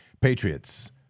Patriots